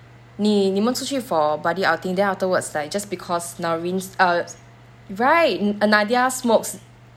你你们出去 for buddy outing then afterwards like just because norin err right err nadiah smokes